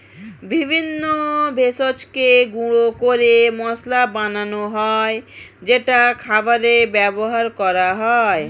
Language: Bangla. বিভিন্ন ভেষজকে গুঁড়ো করে মশলা বানানো হয় যেটা খাবারে ব্যবহার করা হয়